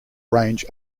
range